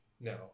No